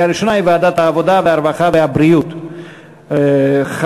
העבודה, הרווחה והבריאות נתקבלה.